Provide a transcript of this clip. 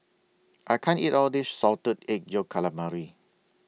I can't eat All of This Salted Egg Yolk Calamari